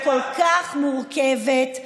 מה ברחבי הארץ?